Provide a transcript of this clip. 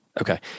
okay